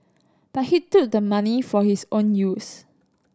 but he took the money for his own use